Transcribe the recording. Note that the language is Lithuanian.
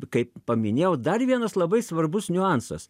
kaip paminėjau dar vienas labai svarbus niuansas